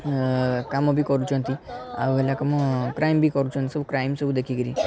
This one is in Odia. କାମ ବି କରୁଛନ୍ତି ଆଉ ହେଲା ମୁଁ କ୍ରାଇମ୍ ବି କରୁଛନ୍ତି ସବୁ କ୍ରାଇମ୍ ସବୁ ଦେଖିକରି